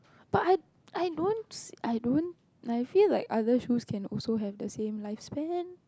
but I I don't I don't I feel like other shoe can also have the same life span